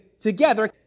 together